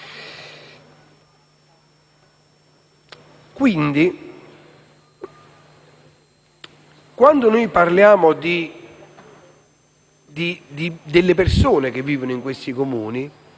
Pertanto, quando parliamo delle persone che vivono in questi Comuni,